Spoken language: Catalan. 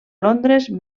londres